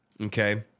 Okay